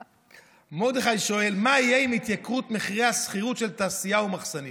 מרדכי שואל: מה יהיה עם התייקרות מחירי השכירות של תעשייה ומחסנים?